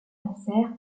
passèrent